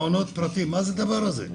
מעונות עם סמל ומעונות פרטיים מה זה הדבר הזה?